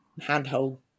handhold